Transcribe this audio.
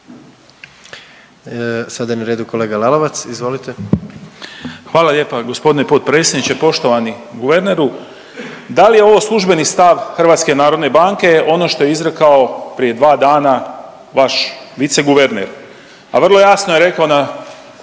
Sada je na redu kolega Lalovac, izvolite. **Lalovac, Boris (SDP)** Hvala lijepa gospodine predsjedniče. Poštovani guverneru da li je ovo službeni stav HNB-a ono što je izrekao prije dva dana vaš viceguverner, a vrlo jasno je rekao na,